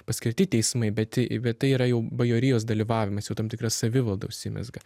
paskirti teismai bet bet tai yra jau bajorijos dalyvavimas jau tam tikra savivalda užsimezga